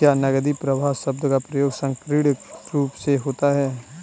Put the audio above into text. क्या नकदी प्रवाह शब्द का प्रयोग संकीर्ण रूप से होता है?